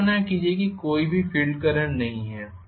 कल्पना कीजिए कि कोई भी फील्ड करंट नहीं है